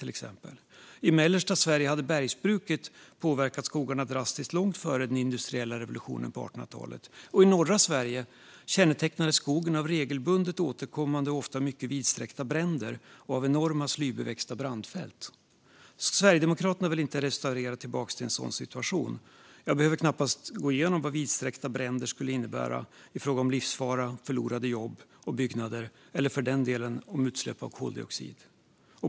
I mellersta Sverige hade bergsbruket påverkat skogarna drastiskt långt före den industriella revolutionen på 1800-talet. I norra Sverige kännetecknades skogen av regelbundet återkommande och ofta mycket vidsträckta bränder och av enorma slybeväxta brandfält. Sverigedemokraterna vill inte "restaurera" tillbaka till en sådan situation. Jag behöver knappast gå igenom vad vidsträckta bränder skulle innebära i fråga om livsfara, förlorade jobb och byggnader eller för den delen om utsläpp av koldioxid.